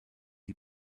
die